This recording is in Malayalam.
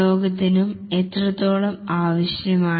ലോകത്തിനും എത്രത്തോളം ആവശ്യമാണ്